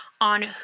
on